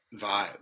vibe